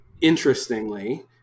interestingly